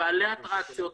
בעלי אטרקציות,